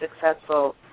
successful